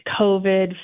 COVID